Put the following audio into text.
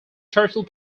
turtle